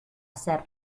hacer